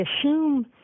assume